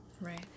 Right